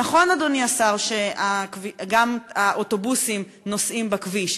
נכון, אדוני השר, שגם האוטובוסים נוסעים בכביש.